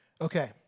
Okay